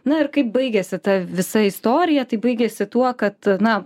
na ir kaip baigėsi ta visa istorija tai baigėsi tuo kad na